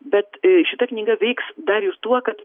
bet šita knyga veiks dar ir tuo kad